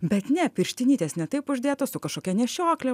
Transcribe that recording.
bet ne pirštinytės ne taip uždėtos kažkokia nešioklė